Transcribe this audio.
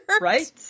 Right